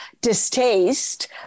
distaste